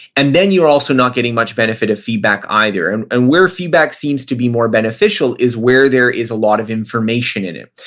and then you're also not getting much benefit of feedback either and and where feedback seems to be more beneficial is where there is a lot of information in it.